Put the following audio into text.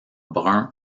brun